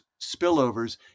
spillovers